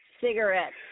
cigarettes